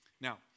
Now